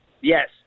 Yes